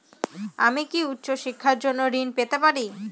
আমি কি উচ্চ শিক্ষার জন্য ঋণ পেতে পারি?